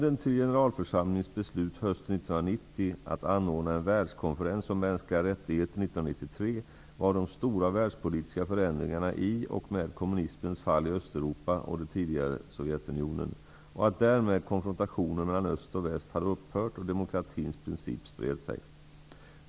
1990 att anordna en världskonferens om mänskliga rättigheter 1993 var de stora världspolitiska förändringarna i och med kommunismens fall i Östeuropa och det tidigare Sovjetunionen, och att därmed konfrontationen mellan Öst och Väst hade upphört och demokratins princip spred sig.